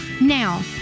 Now